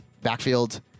backfield